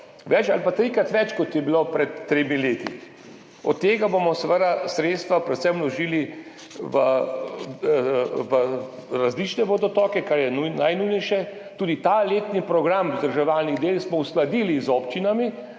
več ali pa trikrat več, kot je bilo pred tremi leti. Od tega bomo seveda sredstva predvsem vložili v različne vodotoke, kar je najnujnejše. Tudi ta letni program vzdrževalnih del smo uskladili z občinami.